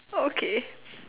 okay